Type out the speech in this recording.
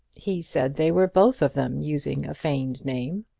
he said they were both of them using a feigned name.